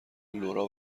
لورا